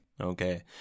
Okay